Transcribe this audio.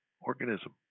organism